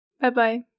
Bye-bye